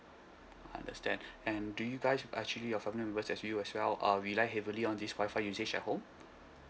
I understand and do you guys actually your family members as you as well uh rely heavily on this Wi-Fi usage at home